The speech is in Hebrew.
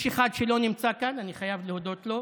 יש אחד שלא נמצא כאן, ואני חייב להודות לו,